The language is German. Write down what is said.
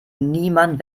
niemand